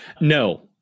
No